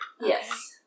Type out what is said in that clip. Yes